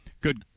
good